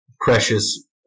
precious